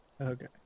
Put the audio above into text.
Okay